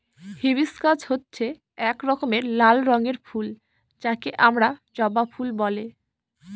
hibiscus হচ্ছে এক রকমের লাল রঙের ফুল যাকে আমরা জবা ফুল বলে